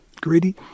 greedy